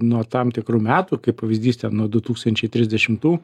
nuo tam tikrų metų kaip pavyzdys nuo du tūkstančiai trisdešimtų